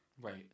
right